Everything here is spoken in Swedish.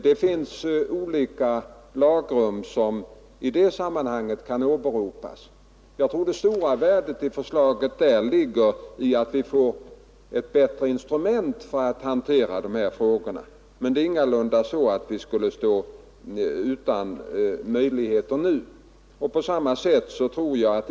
Det finns olika lagrum som kan åberopas i detta sammanhang. Jag tror att det stora värdet av saneringsutredningens förslag ligger i att vi får bättre instrument för att hantera dessa frågor. Men det är ingalunda så, att vi skulle stå utan möjlighet nu.